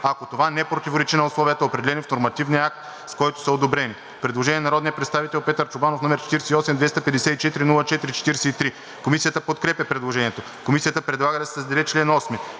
ако това не противоречи на условията, определени в нормативния акт, с който са одобрени.“ Предложение на народния представител Петър Чобанов, № 48-254-04-43. Комисията подкрепя предложението. Комисията предлага да се създаде чл. 8: